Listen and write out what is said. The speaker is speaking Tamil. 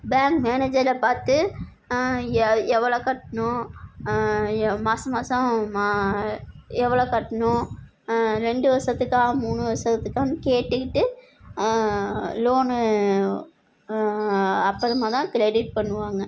பேங்க் மேனேஜரை பார்த்து எவ்வளோ கட்டணும் எ மாத மாதம் எவ்வளோ கட்டணும் ரெண்டு வருஷத்துக்கா மூணு வருஷத்துக்கான்னு கேட்டுக்கிட்டு லோனு அப்புறமாக தான் க்ரெடிட் பண்ணுவாங்க